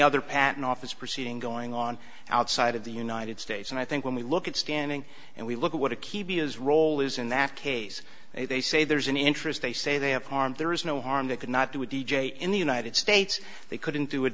other patent office proceeding going on outside of the united states and i think when we look at standing and we look at what a key role is in that case they say there's an interest they say they have harmed there is no harm they could not do a d j in the united states they couldn't do it